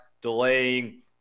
delaying